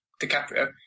DiCaprio